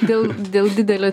dėl dėl didelio